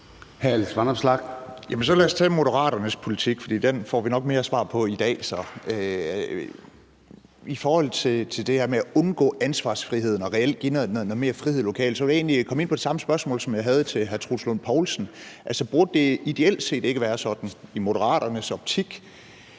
lad os tage Moderaternes politik, for hvad den er, får vi nok mere svar på i dag. I forhold til det her med at undgå ansvarsfriheden og reelt give noget mere frihed lokalt vil jeg egentlig komme ind på det samme spørgsmål, som jeg stillede til hr. Troels Lund Poulsen: Burde det ikke ideelt set være sådan i Moderaternes optik,